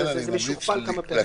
זה משוכפל כמה פעמים.